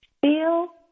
feel